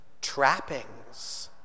trappings